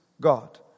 God